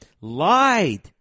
lied